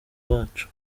bacu